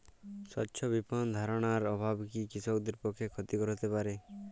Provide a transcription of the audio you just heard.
স্বচ্ছ বিপণন ধারণার অভাব কি কৃষকদের পক্ষে ক্ষতিকর হতে পারে?